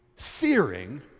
searing